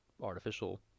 artificial